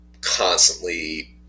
constantly